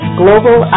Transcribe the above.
global